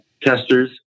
testers